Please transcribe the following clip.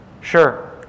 Sure